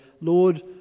Lord